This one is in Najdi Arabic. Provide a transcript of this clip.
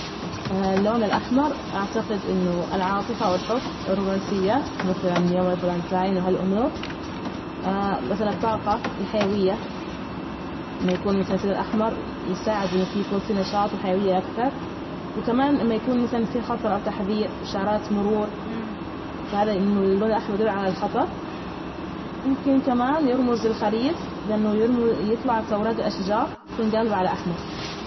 اللون الأحمر، أعتقد أنه العاطفة أو الحب، الرومانسية، مثلا، يوم الفلانتاين، وهالأمور مثلا، الطاقة الحيوية. أما يكون الأحمر يساعد إن في يكون في نشاط وحيوية أكثر، وكمان لما يكون مثلا في خطر أو تحذير إشارات مرور. فهذا أنه اللون الأحمر، يدل على الخطر. ممكن كمان يرمز للخريف لأنه يرم- يطلع في أوراج الأشجار، تكون جالبه على أحمر.